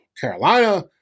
Carolina